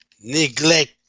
neglect